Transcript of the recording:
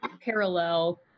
parallel